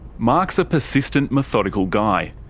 mark's a persistent, methodical guy,